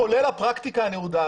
כולל הפרקטיקה הנהוגה,